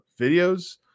videos